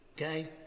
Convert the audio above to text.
Okay